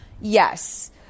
Yes